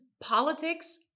politics